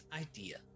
idea